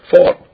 Four